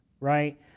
right